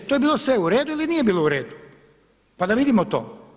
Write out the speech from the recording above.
To je bilo sve u redu i nije bilo uredu pa da vidimo to.